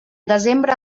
desembre